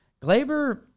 Glaber